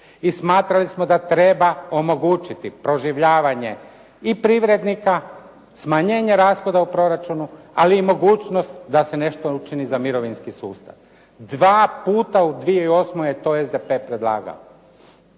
I smatrali smo da treba omogućiti proživljavanje i privrednika, smanjenje rashoda u proračunu, ali i mogućnost da se nešto učini za mirovinski sustav. Dva puta u 2008. je to SDP predlagao.